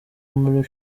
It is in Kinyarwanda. muri